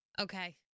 Okay